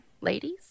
ladies